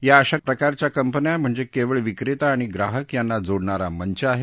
या अशा प्रकारच्या कंपन्या म्हणजे केवळ विक्रेता आणि ग्राहक यांना जोडणारा मंच आहे